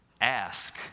ask